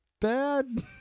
bad